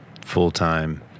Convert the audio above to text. full-time